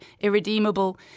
irredeemable